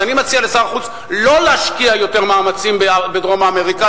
אני מציע לשר החוץ לא להשקיע יותר מאמצים בדרום אמריקה,